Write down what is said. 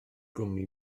gwmni